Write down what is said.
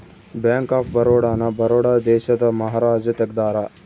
bank of Baroda ನ ಬರೋಡ ದೇಶದ ಮಹಾರಾಜ ತೆಗ್ದಾರ